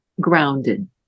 grounded